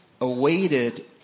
awaited